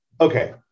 okay